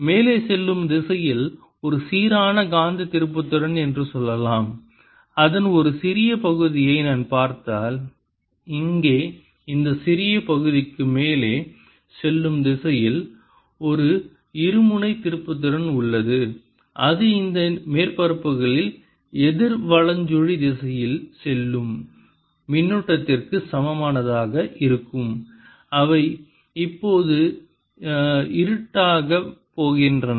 மேலே செல்லும் திசையில் ஒரு சீரான காந்த திருப்புத்திறன் என்று சொல்லலாம் அதன் ஒரு சிறிய பகுதியை நான் பார்த்தால் இங்கே இந்த சிறிய பகுதிக்கு மேலே செல்லும் திசையில் ஒரு இருமுனை திருப்புத்திறன் உள்ளது அது இந்த மேற்பரப்புகளில் எதிர் வலஞ்சுழி திசையில் செல்லும் மின்னூட்டத்திற்கு சமமானதாக இருக்கும் அவை இப்போது இருட்டாகப் போகின்றன